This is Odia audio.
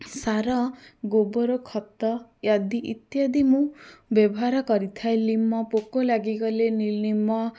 ସାର ଗୋବର ଖତ ଆଦି ଇତ୍ୟାଦି ମୁଁ ବ୍ୟବହାର କରିଥାଏ ଲିମ ପୋକ ଲାଗିଗଲେ ନି ଲିମ